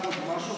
זה 800 ומשהו,